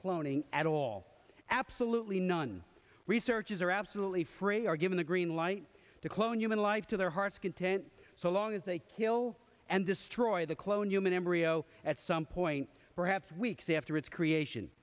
cloning at all absolutely none researchers are absolutely free are given the green light to clone human life to their heart's content so long as they kill and destroy the cloned human embryo at some point perhaps weeks after its creation